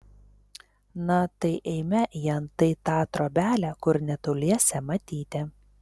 na tai eime į antai tą trobelę kur netoliese matyti